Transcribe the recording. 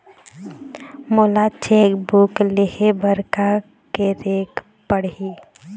मोला cheque book लेहे बर का केरेक पढ़ही?